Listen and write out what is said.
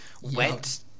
went